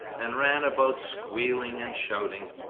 and ran about squealing and shouting.